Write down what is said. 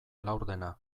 laurdena